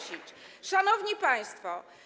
Szanowni Państwo!